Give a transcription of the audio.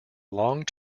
long